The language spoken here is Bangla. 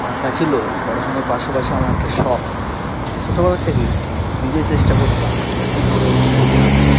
আঁকা ছিলো পড়াশুনোর পাশাপাশি আমার একটা শখ ছোটোবেলার থেকেই নিজে চেষ্টা করতাম কী করে ছবি আঁকবো